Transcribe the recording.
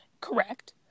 correct